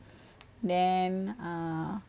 then uh